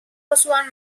osoan